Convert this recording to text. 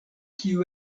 kiu